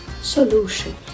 Solution